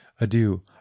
adieu